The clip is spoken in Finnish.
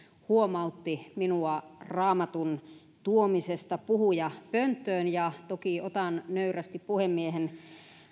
huomautti minua raamatun tuomisesta puhujapönttöön ja toki otan nöyrästi puhemiehen